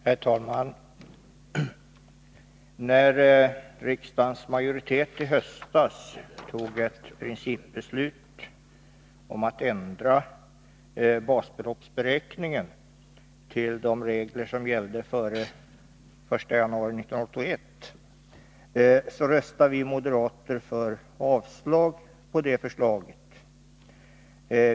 Herr talman! När riksdagens majoritet i höstas tog ett principbeslut om att röstade vi moderater för avslag på det förslaget.